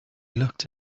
looked